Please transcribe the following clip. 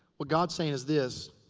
what god's saying is this,